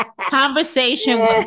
conversation